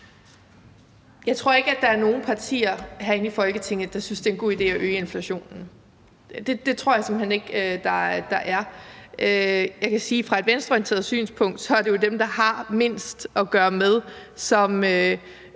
Jeg tror ikke, der er nogen partier herinde i Folketinget, der synes, det er en god idé at øge inflationen. Det tror jeg simpelt hen ikke der er. Jeg kan sige, at fra et venstreorienteret synspunkt er det jo dem, der har mindst at gøre godt med,